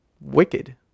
wicked